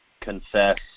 confess